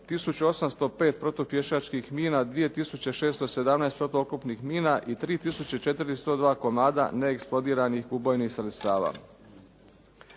805 protupješačkih mina, 2 tisuće 617 protuoklopnih mina i 3 tisuće 402 komada neeksplodiranih ubojnih sredstava.